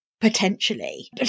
potentially